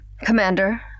Commander